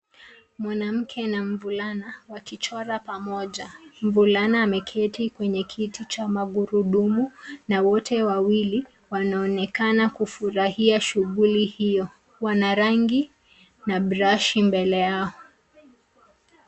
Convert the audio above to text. Mwanamke na mvulana wakichora pamoja. Mvulana ameketi kwenye kiti cha magurudumu na wote wawili wanaonekana kufurahia shughuli hiyo. Wana rangi na brashi mbele yao.